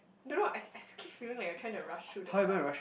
don't know I I keep feeling like you're trying to rush through the cards